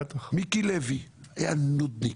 מיקי לוי היה נודניק.